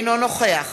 אינו נוכח